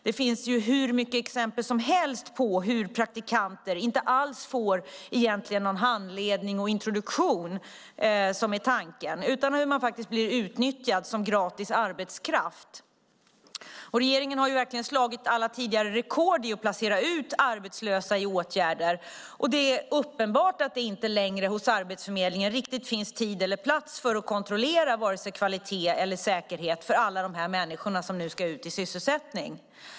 Det finns hur många exempel som helst på hur praktikanter inte alls får någon handledning och introduktion, vilket är tanken, utan hur man blir utnyttjad som gratis arbetskraft. Regeringen har verkligen slagit alla tidigare rekord i att placera ut arbetslösa i åtgärder. Det är uppenbart att det hos Arbetsförmedlingen inte längre finns tid eller plats för att kontrollera vare sig kvalitet eller säkerhet för alla de människor som nu ska ut i sysselsättning.